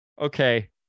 Okay